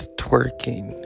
twerking